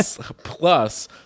plus